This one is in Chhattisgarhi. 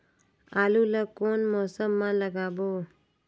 आलू ला कोन मौसम मा लगाबो?